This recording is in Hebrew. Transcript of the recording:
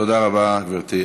תודה רבה, גברתי.